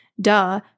duh